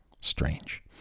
strange